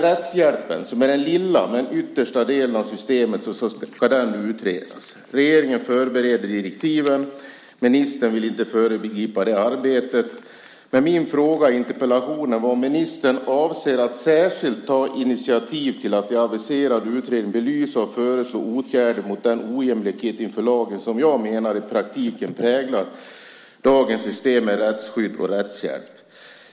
Rättshjälpen, som är den lilla men yttersta delen av systemet, ska utredas. Regeringen förbereder direktiven. Ministern vill inte föregripa det arbetet. Men min fråga i interpellationen var om ministern avser att särskilt ta initiativ till att i den aviserade utredningen belysa och föreslå åtgärder mot den ojämlikhet inför lagen som jag menar i praktiken präglar dagens system med rättsskydd och rättshjälp.